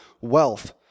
wealth